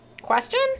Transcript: question